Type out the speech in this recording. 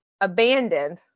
abandoned